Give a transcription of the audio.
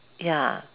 ya